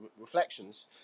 reflections